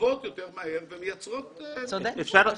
ומגיבות יותר ומייצרות את התשובות.